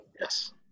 Yes